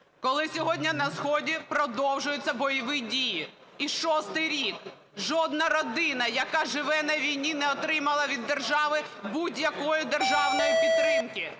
коли сьогодні на сході продовжуються бойові дії і шостий рік жодна родина, яка живе на війні, не отримала від держави будь-якої державної підтримки,